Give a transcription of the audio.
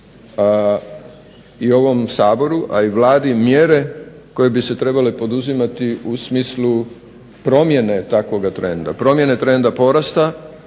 i ovom Saboru a i Vladi mjere koje bi se trebale poduzimati u smislu promjene takvoga trenda, promjene trenda porasta